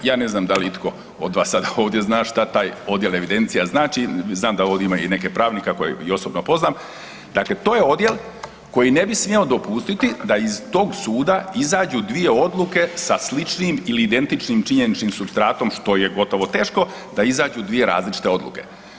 Ja ne znam da li itko od vas sada ovdje zna šta taj odjel evidencija znači, znam da ovdje i nekih pravnika koje i osobno poznam, dakle to je odjel koji ne bi smjeo dopustiti da iz tog suda izađe 2 odluke sa sličnim ili identičnim činjeničnim supstratom što je gotovo teško, da izađu dvije različite odluke.